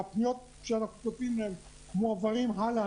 והפניות שאנחנו כותבים להם מועברות הלאה,